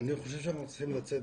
אני חושב שאנחנו צריכים לצאת,